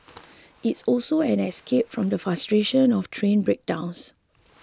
it's also an escape from the frustration of train breakdowns